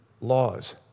laws